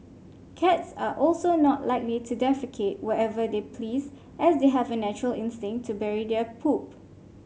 cats are also not likely to defecate wherever they please as they have a natural instinct to bury their poop